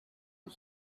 who